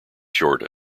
short